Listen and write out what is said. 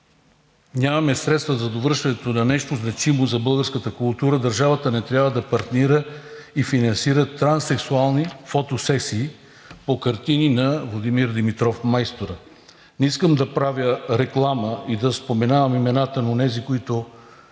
нямаме средства за довършването на нещо значимо за българската култура и държавата не трябва да партнира и финансира транссексуални фотосесии по картини на Владимир Димитров – Майстора. Не искам да правя реклама и да споменавам имената на онези, които